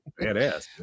badass